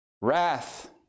Wrath